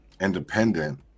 independent